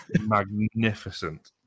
magnificent